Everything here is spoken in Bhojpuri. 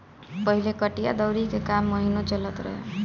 पहिले कटिया दवरी के काम महिनो चलत रहे